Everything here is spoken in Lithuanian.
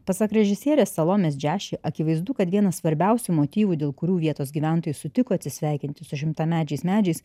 pasak režisierės salomės džiaši akivaizdu kad vienas svarbiausių motyvų dėl kurių vietos gyventojai sutiko atsisveikinti su šimtamečiais medžiais